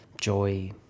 joy